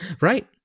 Right